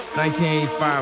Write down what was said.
1985